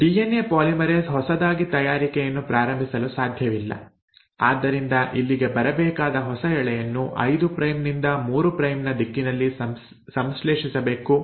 DNA polymerase ಹೊಸದಾಗಿ ತಯಾರಿಕೆಯನ್ನು ಪ್ರಾರಂಭಿಸಲು ಸಾಧ್ಯವಿಲ್ಲ ಆದ್ದರಿಂದ ಇಲ್ಲಿಗೆ ಬರಬೇಕಾದ ಹೊಸ ಎಳೆಯನ್ನು 5 ಪ್ರೈಮ್ ನಿಂದ 3 ಪ್ರೈಮ್ ನ ದಿಕ್ಕಿನಲ್ಲಿ ಸಂಶ್ಲೇಷಿಸಬೇಕು